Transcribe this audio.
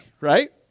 right